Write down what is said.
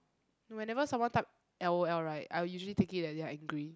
whenever someone type l_o_l right I will usually take it as they're angry